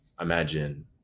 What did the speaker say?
Imagine